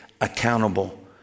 accountable